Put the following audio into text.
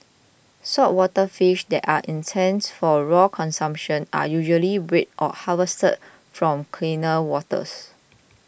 saltwater fish that are intended for raw consumption are usually bred or harvested from cleaner waters